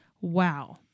Wow